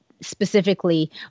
specifically